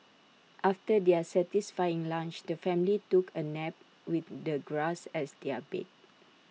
after their satisfying lunch the family took A nap with the grass as their bed